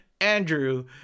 Andrew